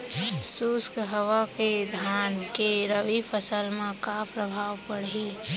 शुष्क हवा के धान के रबि फसल मा का प्रभाव पड़ही?